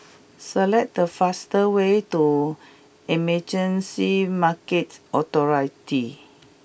select the fastest way to Emergency Market Authority